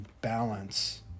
balance